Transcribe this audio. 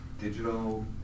digital